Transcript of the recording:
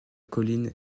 colline